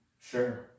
Sure